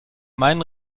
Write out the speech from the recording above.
meinen